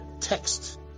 text